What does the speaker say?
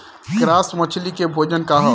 Grass मछली के भोजन का ह?